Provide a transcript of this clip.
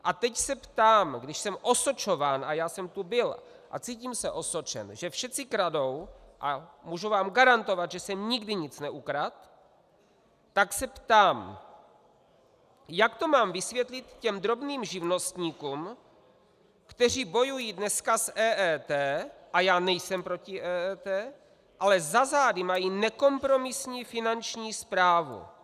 A teď se ptám, když jsem osočován, a já jsem tu byl a cítím se osočen, že všetci kradou, a můžu vám garantovat, že jsem nikdy nic neukradl, tak se ptám, jak to mám vysvětlit těm drobným živnostníkům, kteří bojují dneska s EET, a já nejsem proti EET, ale za zády mají nekompromisní Finanční správu.